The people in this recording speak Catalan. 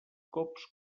cops